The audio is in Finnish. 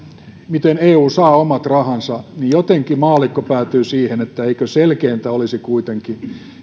miten eu saa omat rahansa niin jotenkin maallikko päätyy siihen että eikö selkeintä olisi kuitenkin